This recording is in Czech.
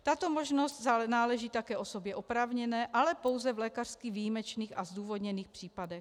Tato možnost náleží také osobě oprávněné, ale pouze v lékařsky výjimečných a zdůvodněných případech.